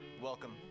welcome